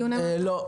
לא.